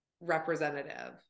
representative